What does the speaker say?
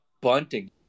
bunting